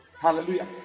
Hallelujah